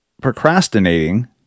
procrastinating